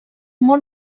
molt